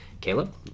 Caleb